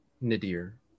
Nadir